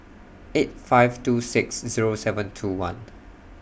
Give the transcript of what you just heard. eight five two six Zero seven two one